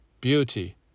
beauty